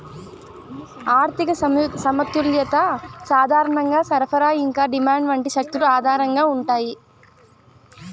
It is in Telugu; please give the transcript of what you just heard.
ఆర్థిక సమతుల్యత సాధారణంగా సరఫరా ఇంకా డిమాండ్ వంటి శక్తుల ఆధారంగా ఉంటాయి